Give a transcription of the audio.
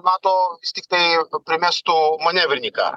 nato vis tiktai primestų manevrinį karą